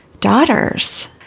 daughters